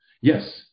Yes